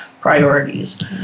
priorities